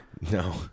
No